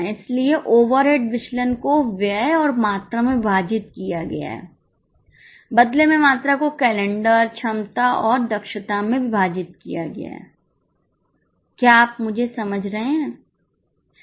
इसलिए ओवरहेड विचलन को व्यय और मात्रा में विभाजित किया गया है बदले में मात्रा को कैलेंडर क्षमता और दक्षता में विभाजित किया गया है क्या आप मुझे समझ रहे हैं